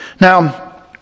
Now